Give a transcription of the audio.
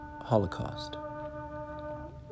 Holocaust